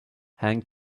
hang